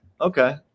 Okay